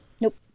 Nope